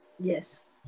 Yes